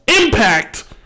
impact